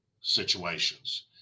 situations